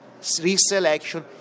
reselection